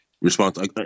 response